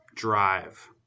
Drive